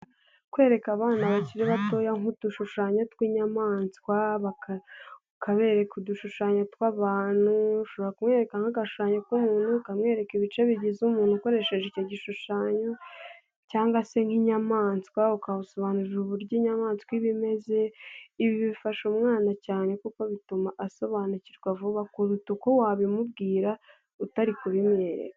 Kwereka abana bakiri batoya nk'udushushanyo tw'inyamaswa, ukabereka udushushanyo tw'abantu kumwereka nk'agashushanyo k'umuntu ukamwereka ibice bigize umuntu ukoresheje icyo gishushanyo cyangwa se nk'inyamaswa ukamusobanurira uburyo inyamaswa iba imeze, ibi bifasha umwana cyane kuko bituma asobanukirwa vuba kuruta uko wabimubwira utari kubimwereka.